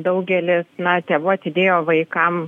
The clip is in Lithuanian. daugelis na tėvų atidėjo vaikam